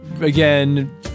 again